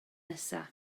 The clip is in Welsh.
nesaf